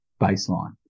baseline